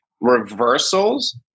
reversals